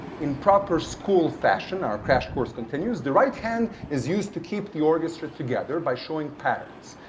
in proper school fashion, our crash course continues. the right hand is used to keep the orchestra together by showing patterns,